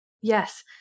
Yes